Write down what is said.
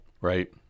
Right